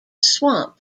swamp